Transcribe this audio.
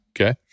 okay